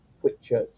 Whitchurch